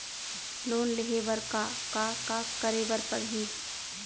Loan लेहे बर का का का करे बर परहि?